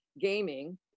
gaming